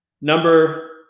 Number